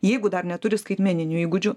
jeigu dar neturi skaitmeninių įgūdžių